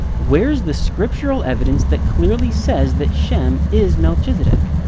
where's the scriptural evidence that clearly says that shem is melchizedek?